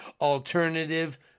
Alternative